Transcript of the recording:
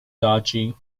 dodgy